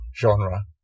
genre